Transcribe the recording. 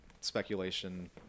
speculation